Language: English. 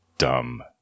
Dumb